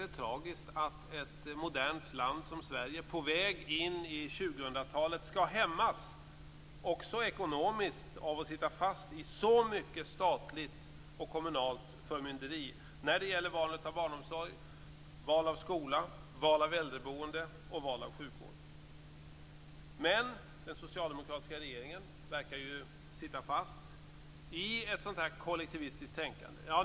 Det är tragiskt att ett modernt land som Sverige på väg in i 2000-talet skall hämmas också ekonomiskt av att sitta fast i så mycket statligt och kommunalt förmynderi när det gäller valet av barnomsorg, val av skola, val av äldreboende och val av sjukvård. Men den socialdemokratiska regeringen verkar sitta fast i ett kollektivistiskt tänkande.